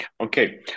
Okay